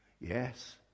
Yes